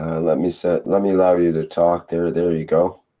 ah let me set, let me allow you to talk, there, there you go.